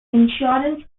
insurance